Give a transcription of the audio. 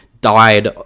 died